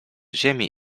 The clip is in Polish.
ziemi